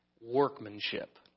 Workmanship